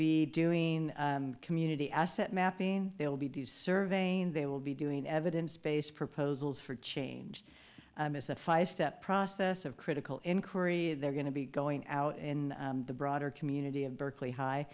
be doing community asset mapping they will be do surveying they will be doing evidence based proposals for change as a five step process of critical inquiry they're going to be going out in the broader community of berkeley high